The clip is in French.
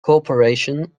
corporation